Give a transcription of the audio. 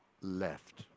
left